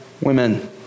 women